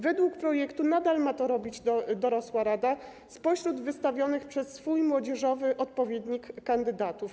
Według projektu nadal ma to robić dorosła rada spośród wystawionych przez swój młodzieżowy odpowiednik kandydatów.